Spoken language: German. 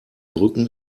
brücken